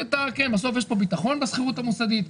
את כן בסוף יש פה ביטחון בשכירות המוסדית,